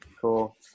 Cool